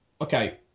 okay